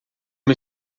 uma